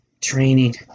training